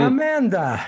Amanda